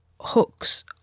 hooks